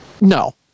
No